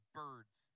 birds